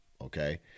Okay